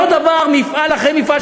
אותו דבר מפעל אחרי מפעל.